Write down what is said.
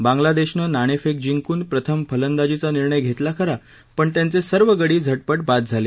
बांगलादेशनं नाणेफेक जिंकून प्रथम फलंदाजीचा निर्णय घेतला खरा पण त्यांचे सर्व गडी झटपट बाद झाले